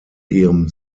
ihrem